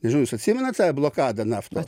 nežinau jūs atsimenat tą blokadą naftos